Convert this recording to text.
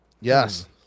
yes